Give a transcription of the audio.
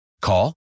Call